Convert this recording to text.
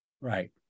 Right